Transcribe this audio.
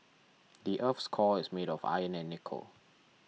the earth's core is made of iron and nickel